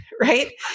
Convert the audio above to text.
Right